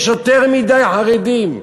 יש יותר מדי חרדים,